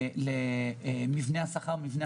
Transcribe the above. את בטח מכירה מספרים יותר נמוכים של שכר ממוצע,